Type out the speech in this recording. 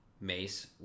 mace